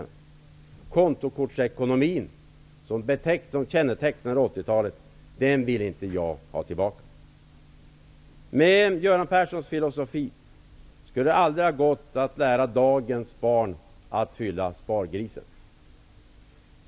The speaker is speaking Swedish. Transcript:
Den kontokortsekonomi som kännetecknade 80-talet vill inte jag ha tillbaka. Med Göran Perssons filosofi skulle det aldrig ha gått att lära dagens barn att fylla spargrisen.